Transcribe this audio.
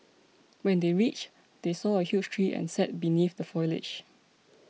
when they reached they saw a huge tree and sat beneath the foliage